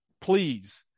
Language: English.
please